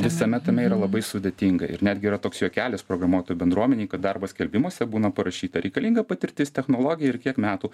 visame tame yra labai sudėtinga ir netgi yra toks juokelis programuotojų bendruomenėj kad darbo skelbimuose būna parašyta reikalinga patirtis technologija ir kiek metų